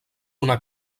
una